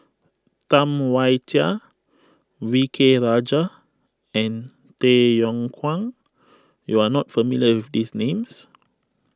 Tam Wai Jia V K Rajah and Tay Yong Kwang you are not familiar with these names